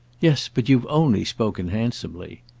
yes, but you've only spoken handsomely.